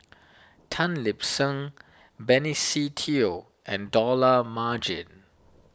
Tan Lip Seng Benny Se Teo and Dollah Majid